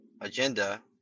agenda